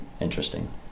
interesting